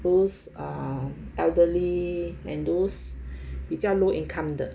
those are elderly and those 比较 low income 的